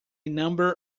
number